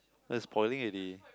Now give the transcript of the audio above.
no it's spoiling already